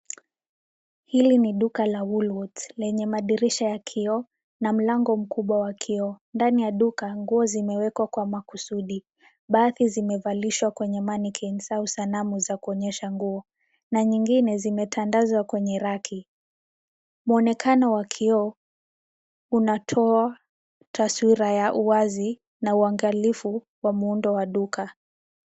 Hili ni duka la Woolsworths lenye madirisha ya kioo na mlango mkubwa wa kioo. Ndani ya duka, nguo zimewekwa kwa makusudi. Baadhi zimevalishwa kwenye [ca]mannequins au sanamu za kuonyesha nguo. Na nyingine zimetandazwa kwenye raki. Mwonekano wa kioo unatoa taswira ya uwazina uangalifu wa muundo wa duka.